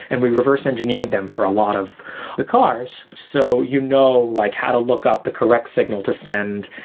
and we reverse engineered them for a lot of the cars, so you know like how to look up the correct signal to send.